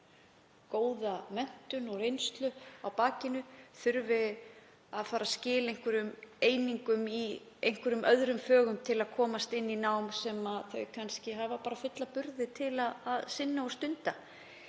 hefur góða menntun og reynslu á bakinu þurfi að fara að skila einingum í einhverjum öðrum fögum til að komast inn í nám sem það hefur kannski fulla burði til að sinna og stunda.